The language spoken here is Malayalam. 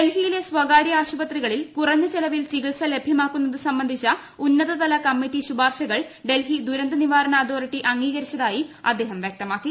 ഡൽഹി യിലെ സ്വകാരൃ ആശുപത്രികളിൽ കുറഞ്ഞ ചെലവിൽ ചികിത്സ ലഭ്യമാക്കുന്നത് സംബന്ധിച്ച ഉന്ന്ത്ത്യ് കമ്മിറ്റി ശുപാർശകൾ ഡൽഹി ദുരന്ത നിവാരണി അതോറിറ്റി അംഗീകരിച്ചതായി അദ്ദേഹം വ്യക്തമാക്കി